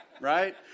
right